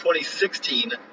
2016